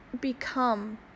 become